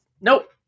nope